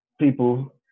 people